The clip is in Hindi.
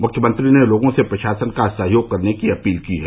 मुख्यमंत्री ने लोगों से प्रशासन का सहयोग करने की अपील की है